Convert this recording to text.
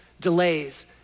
delays